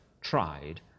tried